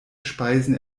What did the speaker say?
speisen